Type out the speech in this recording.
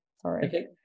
Sorry